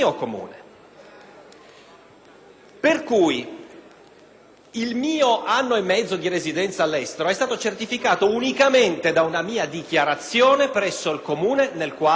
Il mio anno e mezzo di residenza all'estero è stato pertanto certificato unicamente da una mia dichiarazione presso il Comune nel quale risiedevo precedentemente in Italia e da nulla altro.